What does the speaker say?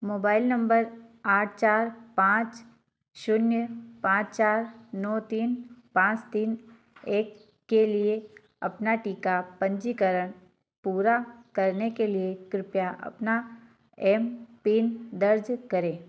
mobile नम्बर आठ चार पाँच शून्य पाँच चार नौ तीन पाँच तीन एक के लिए अपना टीका पंजीकरण पूरा करने के लिए कृपया अपना एम पिन दर्ज करें